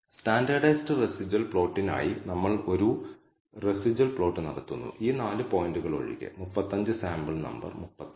അതേസമയം β1 ന്റെ കാര്യത്തിൽ നിങ്ങൾ ശൂന്യമായ സിദ്ധാന്തം നിരസിക്കും അതായത് നിങ്ങൾ വളരെ കുറഞ്ഞ പ്രാധാന്യമുള്ള മൂല്യം 0